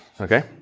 Okay